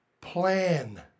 Plan